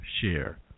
share